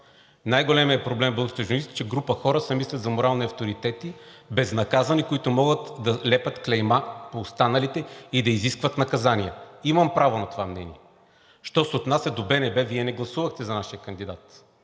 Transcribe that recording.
Най-големият проблем в българската журналистика е, че група хора се мислят за морални авторитети, безнаказани, които могат да лепят клейма по останалите и да изискват наказания. Имам право на това мнение. Що се отнася до БНБ, Вие не гласувахте за нашия кандидат.